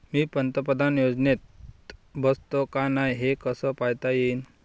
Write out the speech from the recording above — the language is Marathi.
मी पंतप्रधान योजनेत बसतो का नाय, हे कस पायता येईन?